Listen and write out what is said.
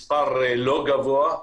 מספר לא גבוה.